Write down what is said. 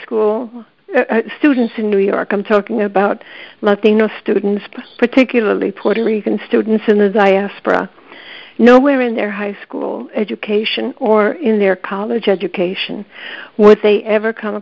school students in new york i'm talking about latino students particularly puerto rican students in the diaspora no where in their high school education or in their college education would they ever come